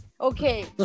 Okay